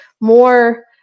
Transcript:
more